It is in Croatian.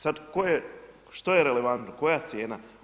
Sad koje, što se relevantno, koja cijena?